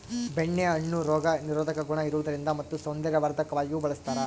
ಬೆಣ್ಣೆ ಹಣ್ಣು ರೋಗ ನಿರೋಧಕ ಗುಣ ಇರುವುದರಿಂದ ಮತ್ತು ಸೌಂದರ್ಯವರ್ಧಕವಾಗಿಯೂ ಬಳಸ್ತಾರ